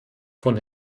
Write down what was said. von